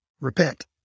repent